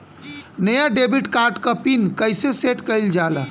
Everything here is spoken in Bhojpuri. नया डेबिट कार्ड क पिन कईसे सेट कईल जाला?